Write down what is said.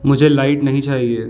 मुझे लाइट नहीं चाहिए